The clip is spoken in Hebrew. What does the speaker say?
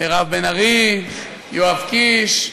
מירב בן ארי, יואב קיש,